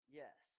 yes